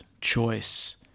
choice